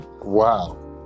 Wow